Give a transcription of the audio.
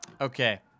Okay